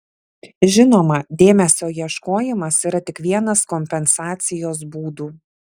žinoma dėmesio ieškojimas yra tik vienas kompensacijos būdų